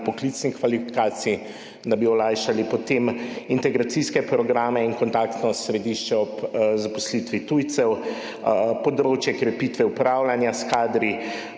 poklicnih kvalifikacij, da bi to olajšali, potem integracijske programe in kontaktno središče ob zaposlitvi tujcev, področje krepitve upravljanja s kadri,